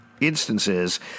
Instances